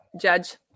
Judge